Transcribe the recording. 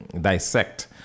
dissect